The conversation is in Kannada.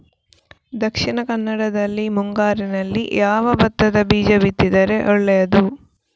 ದಕ್ಷಿಣ ಕನ್ನಡದಲ್ಲಿ ಮುಂಗಾರಿನಲ್ಲಿ ಯಾವ ಭತ್ತದ ಬೀಜ ಬಿತ್ತಿದರೆ ಒಳ್ಳೆಯದು?